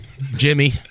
Jimmy